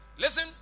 Listen